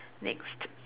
next